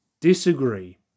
Disagree